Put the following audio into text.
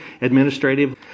administrative